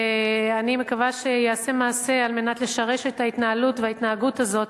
אני מקווה שייעשה מעשה על מנת לשרש את ההתנהלות וההתנהגות הזאת.